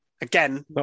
again